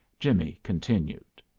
jimmie continued.